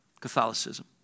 Catholicism